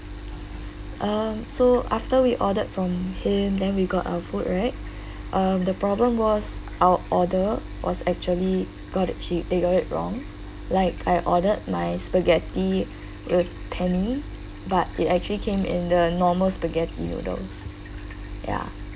um so after we ordered from him then we got our food right um the problem was our order was actually got it che~ they got it wrong like I ordered my spaghetti with penne but they actually came in the normal spaghetti noodles ya